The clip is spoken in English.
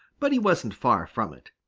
but he wasn't far from it.